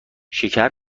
شکر